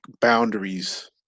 boundaries